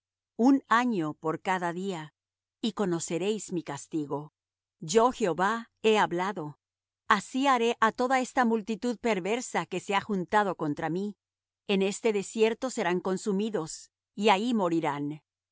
un año por cada día y conoceréis mi castigo yo jehová he hablado así haré á toda esta multitud perversa que se ha juntado contra mí en este desierto serán consumidos y ahí morirán